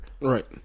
Right